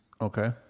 Okay